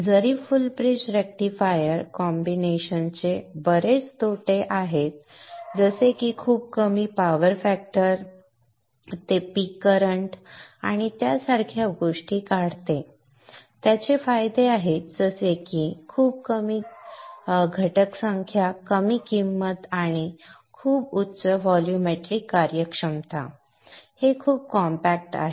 जरी full bridge rectifier कॉम्बिनेशनचे बरेच तोटे आहेत जसे की खूप कमी पॉवर फॅक्टर ते पीक करंट आणि त्यासारख्या गोष्टी काढते त्याचे फायदे आहेत जसे की खूप कमी घटक संख्या कमी किंमत आणि खूप उच्च व्हॉल्यूमेट्रिक कार्यक्षमता हे खूप कॉम्पॅक्ट आहे